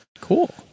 cool